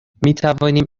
میتوانیم